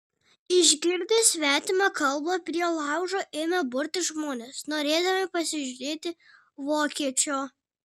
išgirdę svetimą kalbą prie laužo ėmė burtis žmonės norėdami pasižiūrėti vokiečio